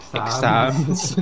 exams